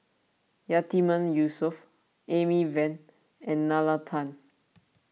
Yatiman Yusof Amy Van and Nalla Tan